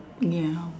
ya